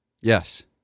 Yes